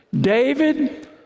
David